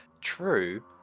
true